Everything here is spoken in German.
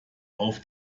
auf